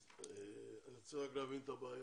אז אני רוצה רק להבין את הבעיה.